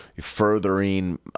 furthering